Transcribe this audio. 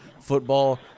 football